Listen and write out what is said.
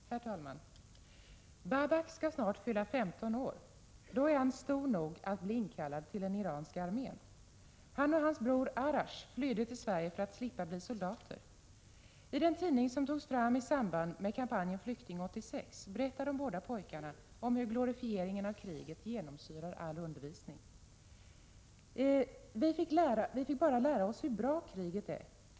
Herr talman! Babak skall snart fylla 15 år. Då är han stor nog att bli inkallad till den iranska armén. Han och hans bror Arash flydde till Sverige för att slippa bli soldater. I den tidning som togs fram i samband med kampanjen Flykting 86 berättar de båda pojkarna om hur glorifieringen av kriget genomsyrar all undervisning. ”Vi fick bara lära oss hur bra kriget är.